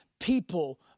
People